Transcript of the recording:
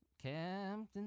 Captain